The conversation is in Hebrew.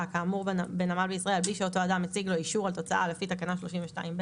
כאמור בנמל בישראל בלי שאותו אדם הציג לו אישור על תוצאה לפי תקנה 32ב,